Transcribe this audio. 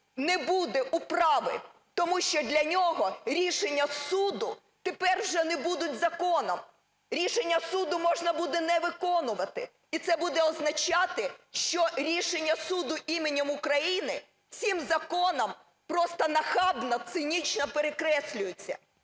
не буде управи, тому що для нього рішення суду тепер вже не будуть законом, рішення суду можна буде не виконувати, і це буде означати, що рішення суду іменем України цим законом просто нахабно, цинічно перекреслюються,